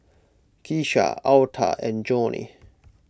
Kisha Alta and Johnie